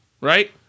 right